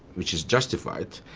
which is justified,